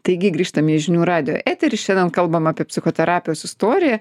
taigi grįžtam į žinių radijo eterį šiandien kalbam apie psichoterapijos istoriją